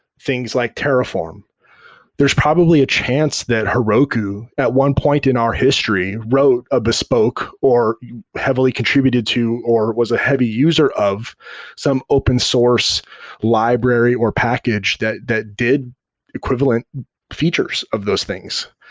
things like terraform there's probably a chance that heroku at one point in our history wrote a bespoke, or heavily contributed to, or was a heavy user of some open source library, or package that that did equivalent features of those things.